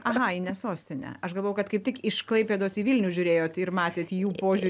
aha į ne sostinę aš galvojau kad kaip tik iš klaipėdos į vilnių žiūrėjot ir matėt jų požiū